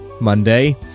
Monday